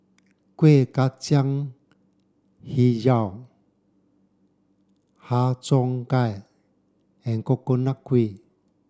Kuih Kacang Hijau Har Cheong Gai and Coconut Kuih